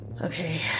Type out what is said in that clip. okay